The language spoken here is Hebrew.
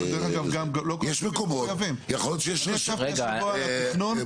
יש מקומות יכול להיות שיש -- אני ישבתי השבוע בתכנון,